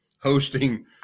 hosting